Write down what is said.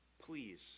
Please